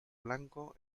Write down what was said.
blanco